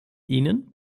ihnen